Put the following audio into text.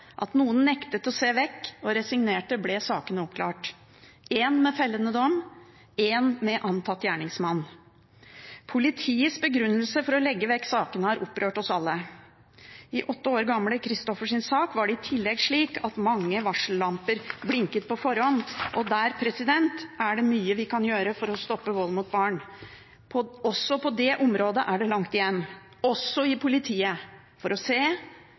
at noen nektet å se vekk og resignere, ble sakene oppklart: én med fellende dom, én med antatt gjerningsmann. Politiets begrunnelser for å legge vekk sakene har opprørt oss alle. I åtte år gamle Christoffers sak var det i tillegg slik at mange varsellamper blinket på forhånd, og der er det mye vi kan gjøre for å stoppe vold mot barn. Også på det området er det langt igjen – også i politiet – når det gjelder å se,